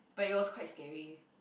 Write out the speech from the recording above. but it was quite scary